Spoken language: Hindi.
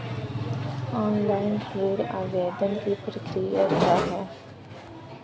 ऑनलाइन ऋण आवेदन की प्रक्रिया क्या है?